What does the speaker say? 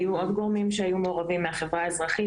היו עוד גורמים שהיו מעורבים מהחברה האזרחית,